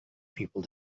people